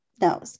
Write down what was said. No